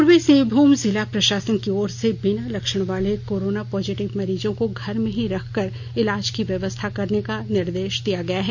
पूर्वी सिंहमुम जिला प्रशासन की ओर से बिना लक्षण वाले कोरोना पॉजिटिव मरीजों को घर में ही रख कर इलाज की व्यवस्था करने का निर्देश दिया गया है